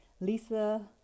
Lisa